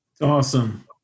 Awesome